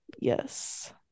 Yes